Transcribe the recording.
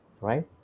right